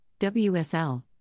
WSL